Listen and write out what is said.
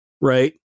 right